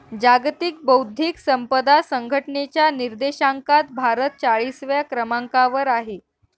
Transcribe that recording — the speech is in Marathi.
जागतिक बौद्धिक संपदा संघटनेच्या निर्देशांकात भारत चाळीसव्या क्रमांकावर आहे